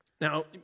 Now